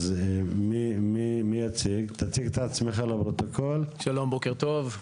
בוקר טוב.